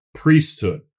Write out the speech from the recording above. priesthood